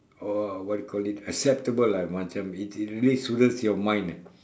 or what you call it acceptable ah like macam it really soothes your mind ah